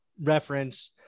reference